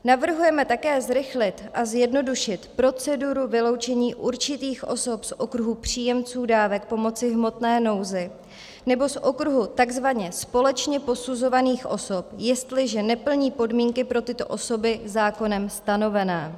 Navrhujeme také zrychlit a zjednodušit proceduru vyloučení určitých osob z okruhu příjemců dávek pomoci v hmotné nouzi nebo z okruhu tzv. společně posuzovaných osob, jestliže neplní podmínky pro tyto osoby zákonem stanovené.